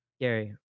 Gary